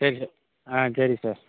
சரி சார் ஆ சரி சார்